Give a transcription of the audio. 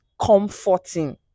comforting